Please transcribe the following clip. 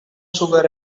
sugar